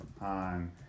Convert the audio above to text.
on